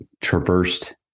traversed